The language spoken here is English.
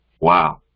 wow